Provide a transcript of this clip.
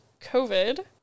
covid